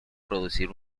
producir